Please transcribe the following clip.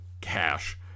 cash